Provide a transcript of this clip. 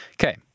Okay